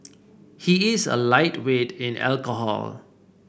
he is a lightweight in alcohol